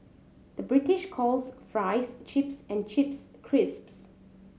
the British calls fries chips and chips crisps